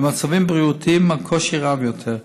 במצבים בריאותיים הקושי רב יותר.